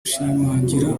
gushimangira